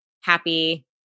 happy